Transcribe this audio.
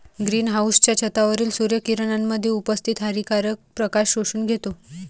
green हाउसच्या छतावरील सूर्य किरणांमध्ये उपस्थित हानिकारक प्रकाश शोषून घेतो